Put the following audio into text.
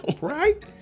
right